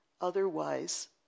Otherwise